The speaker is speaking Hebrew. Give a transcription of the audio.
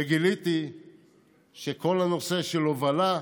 וגיליתי שהנושא של הובלה,